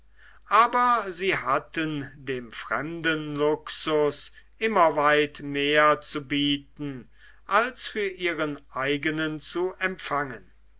aber sie hatten dem fremden luxus immer weit mehr zu bieten als für ihren eigenen zu empfangen